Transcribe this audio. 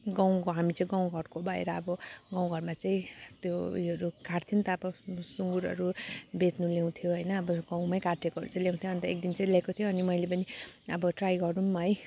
गाउँ हामी चाहिँ गाउँ घरको भएर अब गाउँ घरमा चाहिँ त्यो उयोहरू काट्थ्यो अन्त अब सुँगुरहरू बेच्नु ल्याउँथ्यो होइन अब गाउँमै काटेकोहरू चाहिँ ल्याउँथ्यो अन्त एकदिन चाहिँ ल्याएको थियो अनि मैले पनि अब ट्राई गरौँ है